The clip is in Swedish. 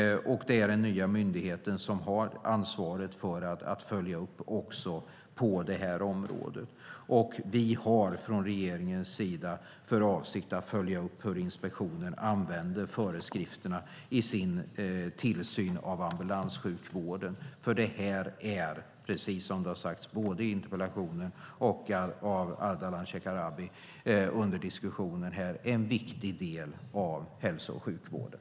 Det är den nya myndigheten som har ansvar för att göra uppföljningar också på det här området. Regeringen har för avsikt att följa upp hur inspektionen använder föreskrifterna i sin tillsyn av ambulanssjukvården, för den är, som sagts både i interpellationen och av Ardalan Shekarabi under diskussionen här, förstås en viktig del av hälso och sjukvården.